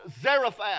Zarephath